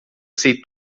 sei